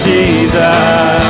Jesus